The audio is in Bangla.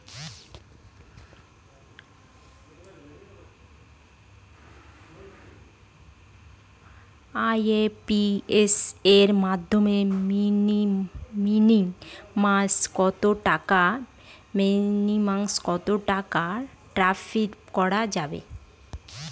আই.এম.পি.এস এর মাধ্যমে মিনিমাম কত টাকা ট্রান্সফার করা যায়?